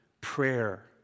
prayer